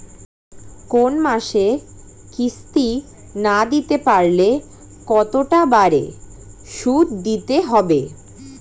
কোন মাসে কিস্তি না দিতে পারলে কতটা বাড়ে সুদ দিতে হবে?